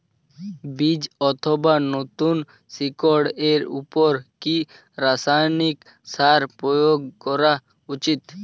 বীজ অথবা নতুন শিকড় এর উপর কি রাসায়ানিক সার প্রয়োগ করা উচিৎ?